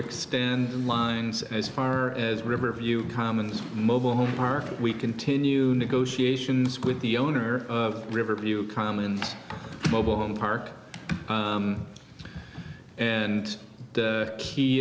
expand lines as far as riverview common mobile home park we continue negotiations with the owner of riverview common mobile home park and the key